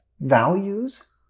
values